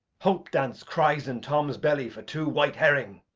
hoppedance cries in tom's belly for two white herring.